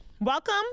welcome